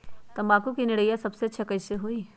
तम्बाकू के निरैया सबसे अच्छा कई से होई?